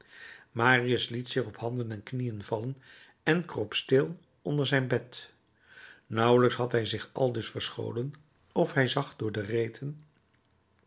marius liet zich op handen en knieën vallen en kroop stil onder zijn bed nauwelijks had hij zich aldus verscholen of hij zag door de reten